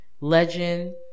legend